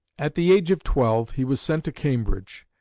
at the age of twelve he was sent to cambridge,